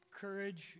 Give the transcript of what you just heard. Courage